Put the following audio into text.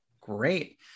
Great